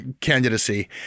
candidacy